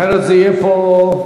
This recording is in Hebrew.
אחרת זה יהיה פה דיון.